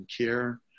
care